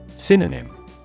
Synonym